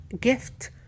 gift